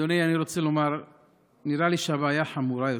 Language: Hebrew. אדוני, אני רוצה לומר שנראה לי שהבעיה חמורה יותר.